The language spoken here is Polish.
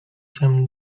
się